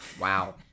Wow